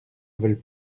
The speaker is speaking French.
veulent